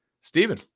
Stephen